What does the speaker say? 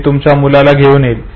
मी तुमच्या मुलाला घेऊन येईल